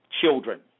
Children